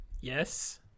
Yes